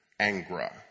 angra